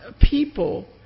people